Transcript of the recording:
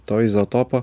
to izotopo